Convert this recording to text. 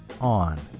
on